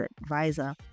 advisor